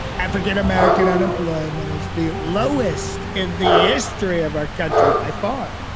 african-american unemployment is the lowest in the history of our country by far.